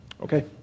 Okay